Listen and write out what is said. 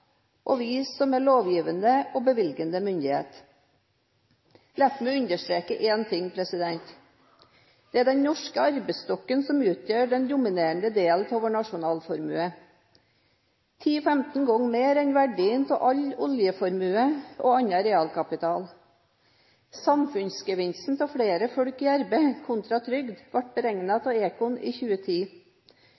er den norske arbeidsstokken som utgjør den dominerende delen av vår nasjonalformue. Den er 10–15 ganger mer verdt enn verdien av all oljeformue og annen realkapital. Samfunnsgevinsten av flere folk i arbeid kontra trygd ble